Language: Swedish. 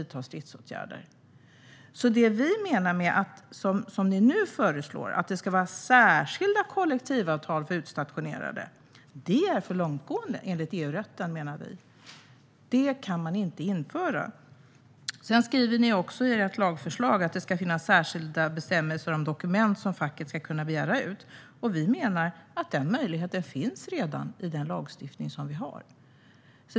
Det ni föreslår, att det ska vara särskilda kollektivavtal för utstationerade, är för långtgående enligt EU-rätten, menar vi. Det kan man inte införa. I ert lagförslag skriver ni också att det ska finnas särskilda bestämmelser för de dokument som facket ska kunna begära ut. Vi menar att denna möjlighet redan finns i den lagstiftning vi har.